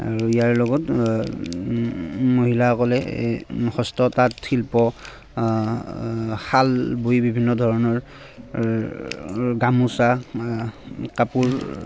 আৰু ইয়াৰ লগত মহিলাসকলে এই হস্ত তাঁত শিল্প শাল বই বিভিন্ন ধৰণৰ গামোচা কাপোৰ